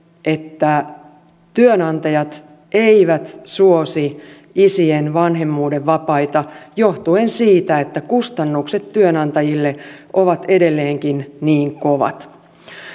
että työnantajat eivät suosi isien vanhemmuudenvapaita johtuen siitä että kustannukset työnantajille ovat edelleenkin niin kovat